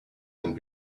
and